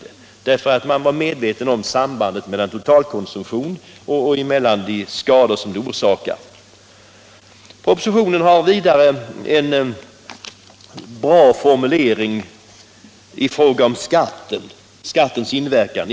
Man var nämligen medveten om sambandet mellan totalkonsumtionen och de skador som den orsakar. Propositionen har vidare en bra formulering i fråga om skattens inverkan.